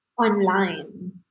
online